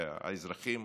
והאזרחים